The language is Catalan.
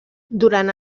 durant